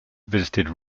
visited